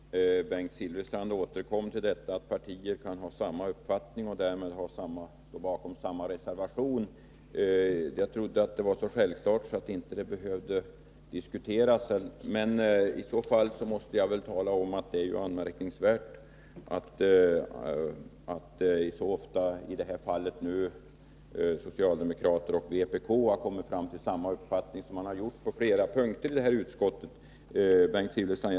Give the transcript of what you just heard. Fru talman! Bengt Silfverstrand återkom till det faktum att partier kan ha samma uppfattning och därmed kan stå bakom samma reservation. Jag trodde att det var så självklart att det inte behövde diskuteras. I annat fall måste jag påpeka att det är anmärkningsvärt att socialdemokrater och vpk-are så ofta har kommit fram till samma uppfattning som de har gjort på flera punkter i det här betänkandet. Bengt Silfverstrand!